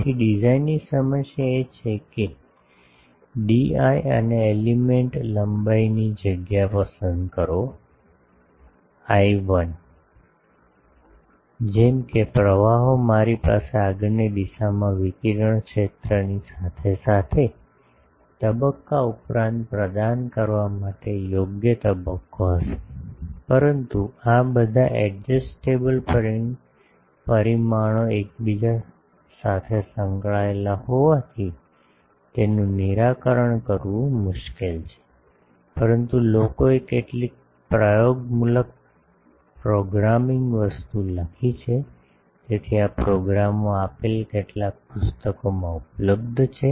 તેથી ડિઝાઇન સમસ્યા એ છે કે d i અને એલિમેન્ટ લંબાઈની જગ્યા પસંદ કરો l i જેમ કે પ્રવાહો મારી પાસે આગળની દિશામાં વિકિરણ ક્ષેત્રની સાથે સાથે તબક્કા ઉપરાંત પ્રદાન કરવા માટે યોગ્ય તબક્કો હશે પરંતુ આ બધા એડજસ્ટેબલ પરિમાણો એકબીજા સાથે સંકળાયેલા હોવાથી તેનું નિરાકરણ કરવું મુશ્કેલ છે પરંતુ લોકોએ કેટલીક પ્રયોગમૂલક પ્રોગ્રામિંગ વસ્તુ લખી છે તેથી આ પ્રોગ્રામો આપેલ કેટલાક પુસ્તકોમાં ઉપલબ્ધ છે